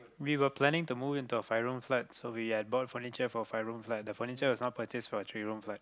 we were planning to move into a five room flat so we had bought furniture for five room flat the furniture was not purchased for a three room flat